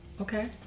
Okay